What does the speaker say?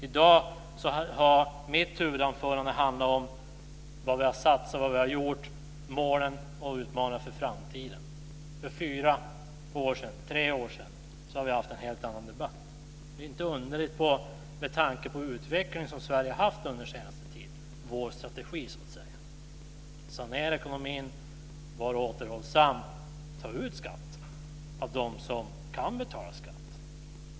I dag har mitt huvudanförande handlat om vad vi har sagt och gjort, om målen och utmaningarna inför framtiden. För tre fyra år sedan hade vi en helt annan debatt. Det är inte underligt med tanke på den utveckling som Sverige har haft under den senaste tiden och vår strategi att sanera ekonomin, vara återhållsam och ta ut skatt av dem som kan betala skatt.